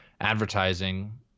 advertising